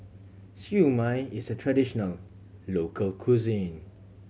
Siew Mai is a traditional local cuisine